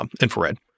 infrared